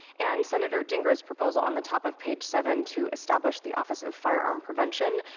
and senator tinker's proposal on the top of page seven to establish the office of firearm prevention,